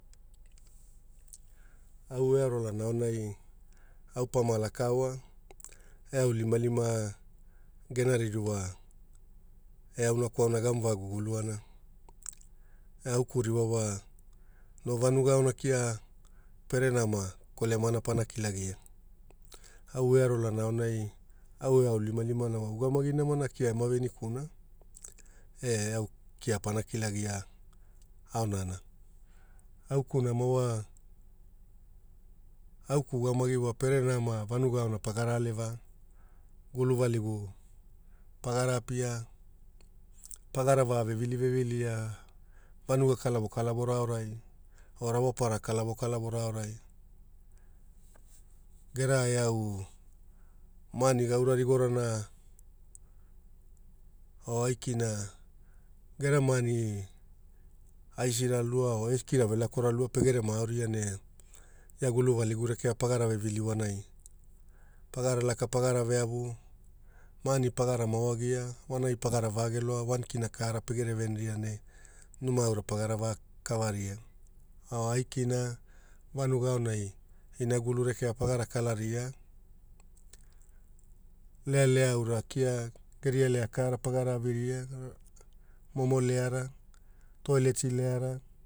Au earo ola aonai au pama laka oa eaulimalima gena ririwa eauna kwauna gema vaaguguluana. Augeku ririwa no vanuga auna kea pere nama kolemana pana kilagia. Au earoola aonai eaulimalima ugamagi namana kea ema veaikuna eaukea pana kilagia aonana. Au geku nama wa au geku ugamagi wa pere nama vanuga aona pagara aleva guluvaligu pagara apia, pagara vaa vevilia vanuga kalavo kalavo aorai pagara vaa vevilivevilia vanuga kalavo kalavo aorai o rawapara kalavo kalavo aorai. Gera eau maani gaura rigona o aikina gera maani aisira lua eskira velakara lua pegere maoria ne gulu valigu rekea pagara vevili vonai. Pagara laka pagara veavu, maani pagara maoa agira, vonai pagara vaagelora wan kina kjara pegere veniria ne numa aura pagara kalaria. O aikina vanuga aonai inagulu rekea pagara alaria. Lealea aura kia geria lea kara pagara viria momo leara, toileti leara.